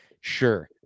sure